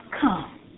Come